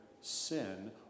sin